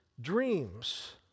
dreams